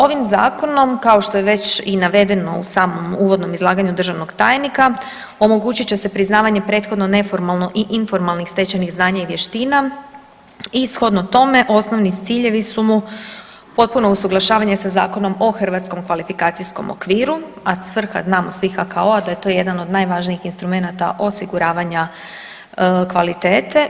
Ovim zakonom kao što je već i navedeno u samom uvodnom izlaganju državnog tajnika omogućit će se priznavanje prethodno neformalno i informalnih stečenih znanja i vještina i shodno tome osnovi ciljevi su mu potpuno usuglašavanje sa Zakonom o hrvatskom kvalifikacijskom okviru, a svrha znamo svi HKO-a da je to jedan od najvažnijih instrumenata osiguravanja kvalitete.